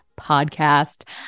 Podcast